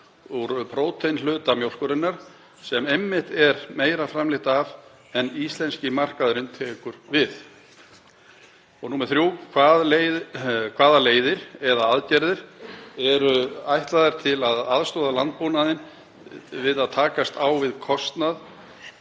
úr próteinhluta mjólkurinnar sem einmitt er meira framleitt af en íslenski markaðurinn tekur við? 3. Hvaða leiðir eða aðgerðir eru ætlaðar til að aðstoða landbúnaðinn við að takast á við kostnað